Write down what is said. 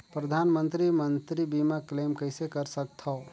परधानमंतरी मंतरी बीमा क्लेम कइसे कर सकथव?